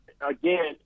again